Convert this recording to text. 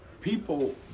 People